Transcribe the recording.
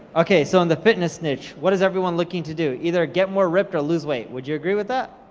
okay so in the fitness niche, what is everyone looking to do, either get more ripped or lose weight, would you agree with that?